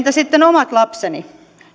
sitten omat lapseni